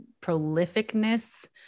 prolificness